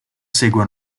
segue